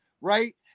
right